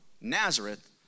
Nazareth